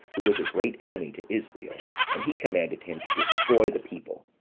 who was a great enemy to israel and he commanded him to destroy the people.